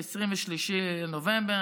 23 בנובמבר,